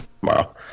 tomorrow